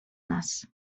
nas